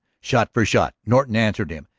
shot for shot norton answered him.